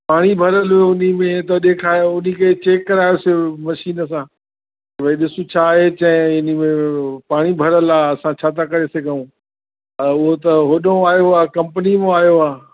पाणी भरियलु हुओ उन में त ॾेखायो उन खे चैक करायोसीं मशीन सां भई ॾिस छा आहे चए इन में पाणी भरियलु आहे असां छा था करे सघूं त हूअ त होॾो आयो आहे कंपनी मां आयो आहे